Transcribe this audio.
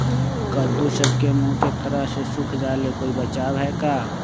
कददु सब के मुँह के तरह से सुख जाले कोई बचाव है का?